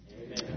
Amen